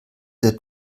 der